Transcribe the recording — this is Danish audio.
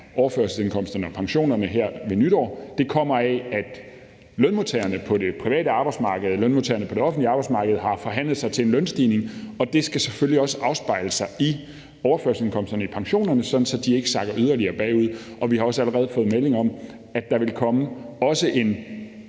overførselsindkomsterne og pensionerne her ved nytår. Det kommer af, at lønmodtagerne på det private arbejdsmarked og lønmodtagerne på det offentlige arbejdsmarked har forhandlet sig til en lønstigning, og det skal selvfølgelig også afspejle sig i overførselsindkomsterne og i pensionerne, så de ikke sakker yderligere bagud. Vi har også allerede fået meldinger om, at der vil komme en